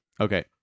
Okay